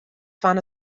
fan